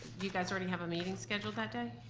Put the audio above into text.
you guys already have a meeting scheduled that day?